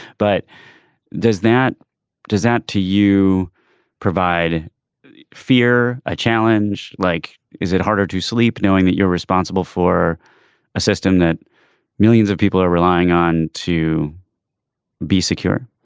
but does that does that to you provide fear a challenge like is it harder to sleep knowing that you're responsible for a system that millions of people are relying on to be secure